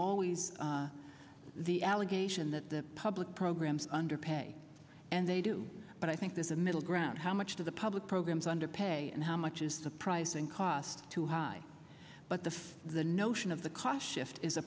always the allegation that the public programs underpay and they do but i think this a middle ground how much to the public programs underpay and how much is surprising costs too high but the fact the notion of the ca shift is a